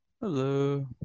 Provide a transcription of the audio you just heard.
hello